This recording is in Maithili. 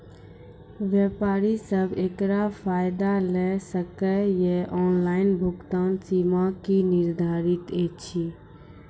व्यापारी सब एकरऽ फायदा ले सकै ये? ऑनलाइन भुगतानक सीमा की निर्धारित ऐछि?